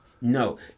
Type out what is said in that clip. no